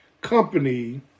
company